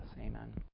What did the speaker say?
amen